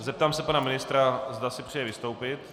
Zeptám se pana ministra, zda si přeje vystoupit.